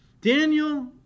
Daniel